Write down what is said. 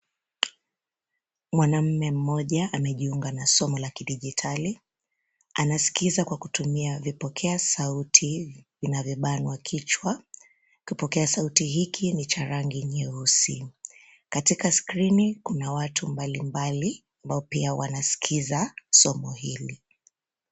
Mwanaume mmoja amejiunga na somo la kidijitali. Anaskiza kwa kutumia vipokea sauti vinavyobanwa kichwa. Kipokea sauti hiki ni cha rangi nyeusi. Katika skirini kuna watu mbali mbali ambao pia wanaskiza somo hili.